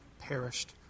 perished